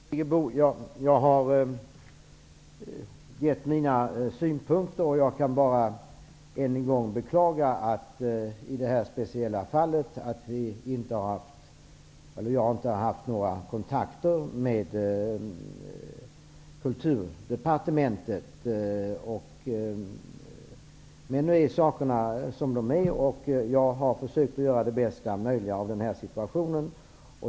Fru talman! Jag har gett mina synpunkter, Birgit Friggebo. Jag kan bara än en gång beklaga att jag i det här speciella fallet inte har haft några kontakter med Kulturdepartementet. Men nu är saker och ting som de är. Jag har försökt att göra bästa möjliga av den här situationen.